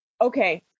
okay